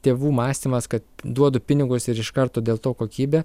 tėvų mąstymas kad duodu pinigus ir iš karto dėl to kokybė